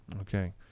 Okay